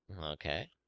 Okay